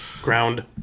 Ground